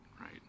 right